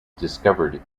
discovered